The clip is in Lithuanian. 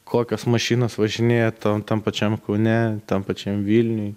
kokios mašinos važinėja tam tam pačiam kaune tam pačiam vilniuj